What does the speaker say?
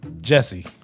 Jesse